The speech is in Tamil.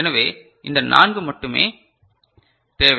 எனவே இந்த நான்கு மட்டுமே தேவை